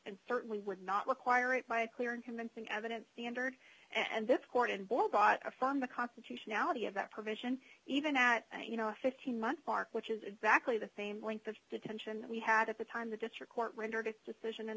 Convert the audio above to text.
and certainly would not require it by a clear and convincing evidence standard and this court and ball bought a farm the constitutionality of that provision even at you know a fifteen month mark which is exactly the same length of detention that we had at the time the district court rendered a decision in